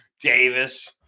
Davis